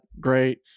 Great